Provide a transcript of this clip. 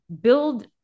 build